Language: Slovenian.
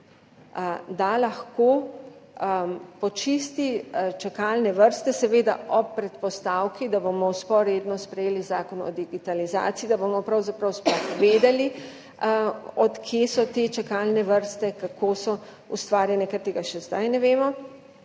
da lahko počisti čakalne vrste, seveda ob predpostavki, da bomo vzporedno sprejeli zakon o digitalizaciji, da bomo pravzaprav sploh vedeli, od kod so te čakalne vrste, kako so ustvarjene, ker tega še zdaj ne vemo.